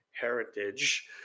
heritage